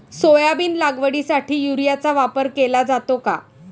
Soybean लागवडीसाठी युरियाचा वापर केला जातो का?